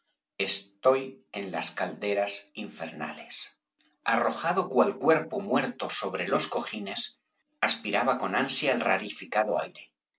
estoy en las calderas infernales arrojado cual cuerpo muerto sobre los co b pérez galdós jines aspiraba con ansia el rarificado aire